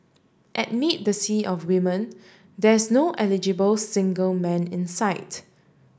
amid the sea of women there's no eligible single man in sight